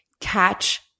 catch